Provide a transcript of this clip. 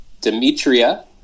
Demetria